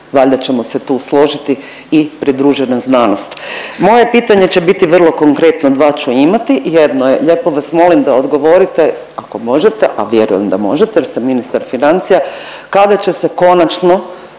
Valjda ćemo se tu složiti i pridružena znanost. Moje pitanje će biti vrlo konkretno, dva ću imati. Jedno je lijepo vas molim da odgovorite ako možete, a vjerujem da možete jer ste ministar financija, kada će se konačno